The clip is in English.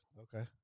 Okay